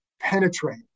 penetrate